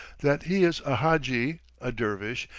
that he is a hadji, a dervish,